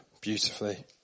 beautifully